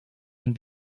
ein